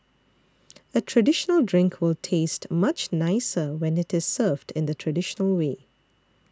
a traditional drink will taste much nicer when it is served in the traditional way